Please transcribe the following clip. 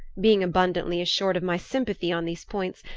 being abundantly assured of my sympathy on these points,